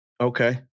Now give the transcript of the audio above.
Okay